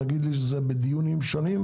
להגיד לי שזה בדיונים שנים